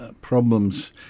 problems